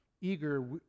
eager